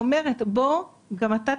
בואו תצטרפו גם אתה,